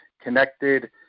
connected